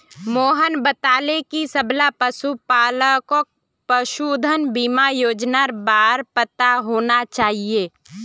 मोहन बताले कि सबला पशुपालकक पशुधन बीमा योजनार बार पता होना चाहिए